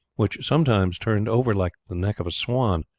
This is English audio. which sometimes turned over like the neck of a swan,